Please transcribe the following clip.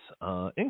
income